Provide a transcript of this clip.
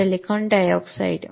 silicon dye oxide